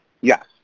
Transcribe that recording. Yes